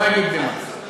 לא אגיד במה.